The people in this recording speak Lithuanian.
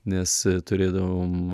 nes turėdavom